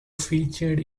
featured